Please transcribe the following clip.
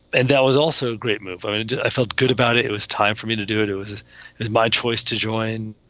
and that was also a great move. i mean, and i felt good about it. it was time for me to do it. it was was my choice to join.